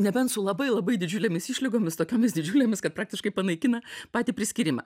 nebent su labai labai didžiulėmis išlygomis tokiomis didžiulėmis kad praktiškai panaikina patį priskyrimą